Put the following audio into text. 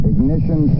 Ignition